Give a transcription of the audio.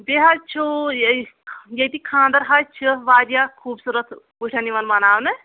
بیٚیہِ حظ چھُو یہِ ییٚتِکۍ خاندر حظ چھِ واریاہ خوٗبصوٗرت وٕچھان یِوان مَناونہٕ